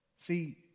See